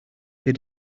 they